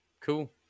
cool